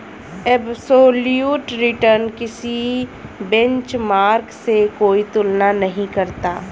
absolute return किसी benchmark से कोई तुलना नहीं करता